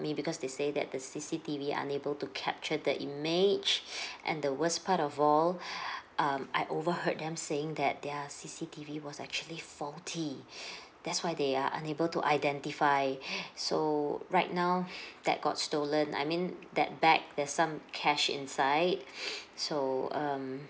me because they say that the C_C_T_V unable to capture the image and the worst part of all um I overheard them saying that their C_C_T_V was actually faulty that's why they are unable to identify so right now that got stolen I mean that bag there's some cash inside so um